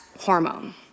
hormone